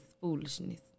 foolishness